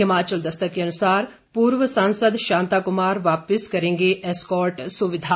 हिमाचल दस्तक के अनुसार पूर्व सांसद शांता कुमार वापस करेंगे एस्कॉर्ट सुविधा